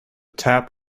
tap